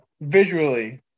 visually